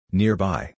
nearby